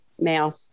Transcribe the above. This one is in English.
male